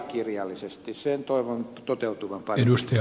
sen toivon toteutuvan paremmin